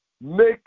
make